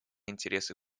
интересы